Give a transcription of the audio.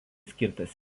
skirtas